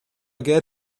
get